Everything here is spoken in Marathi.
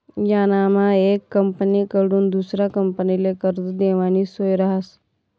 यानामा येक कंपनीकडथून दुसरा कंपनीले कर्ज देवानी सोय रहास